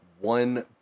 one